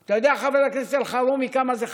אתה יודע, חבר הכנסת אלחרומי, כמה זה חשוב?